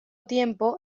tiempo